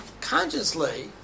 consciously